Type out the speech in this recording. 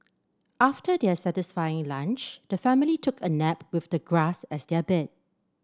after their satisfying lunch the family took a nap with the grass as their bed